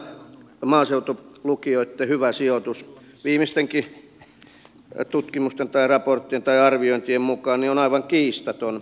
kyllä tämä maaseutulukioitten hyvä sijoitus viimeistenkin tutkimusten tai raporttien tai arviointien mukaan on aivan kiistaton